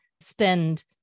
Spend